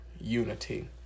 unity